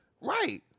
Right